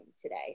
today